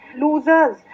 losers